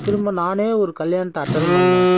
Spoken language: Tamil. திரும்ப நானே ஒரு கல்யாணத்தை அட்டென்ட் பண்ணினேன்